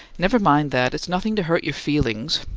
never mind that it's nothing to hurt your feelings.